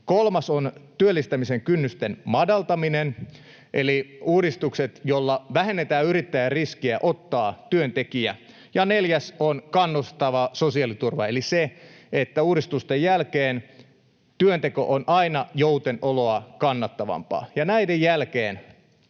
Kolmas on työllistämisen kynnysten madaltaminen eli uudistukset, joilla vähennetään yrittäjän riskiä ottaa työntekijä. Ja neljäs on kannustava sosiaaliturva eli se, että uudistusten jälkeen työnteko on aina joutenoloa kannattavampaa. Ja näiden jälkeen,